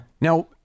Now